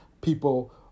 people